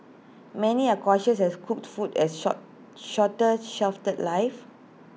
many are cautious as cooked food has short shorter shelf The Life